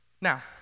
Now